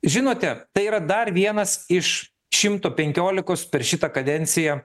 žinote tai yra dar vienas iš šimto penkiolikos per šitą kadenciją